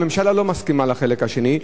הממשלה לא מסכימה לחלק השני,